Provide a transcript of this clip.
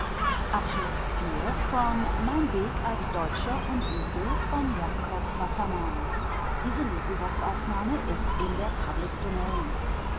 zurück in der